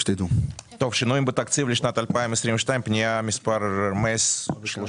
שינויים בתקציב לשנת 2022. פנייה מספר 133,